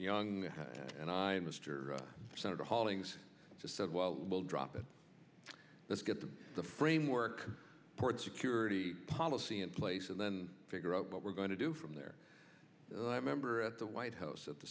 and i mr senator hollings just said well we'll drop it let's get to the framework port security policy in place and then figure out what we're going to do from there and i remember at the white house at the